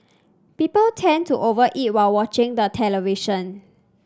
people tend to over eat while watching the television